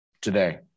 today